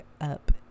up